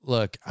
Look